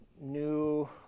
new